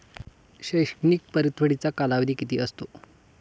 शैक्षणिक परतफेडीचा कालावधी किती असतो?